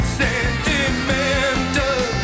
sentimental